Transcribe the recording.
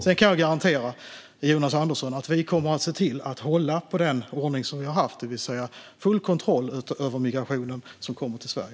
Jag kan garantera Jonas Andersson att vi kommer att hålla fast vid den ordning som vi har haft, det vill säga ha full kontroll över migrationen till Sverige.